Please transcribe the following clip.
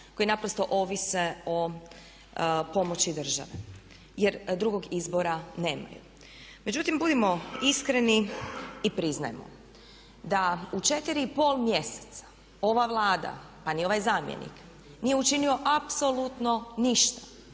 koji naprosto ovise o pomoći države jer drugog izbora nemaju. Međutim, budimo iskreni i priznajmo da u 4,5 mjeseca ova Vlada pa ni ovaj zamjenik nije učinio apsolutno ništa